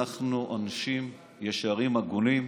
אנחנו אנשים ישרים, הגונים.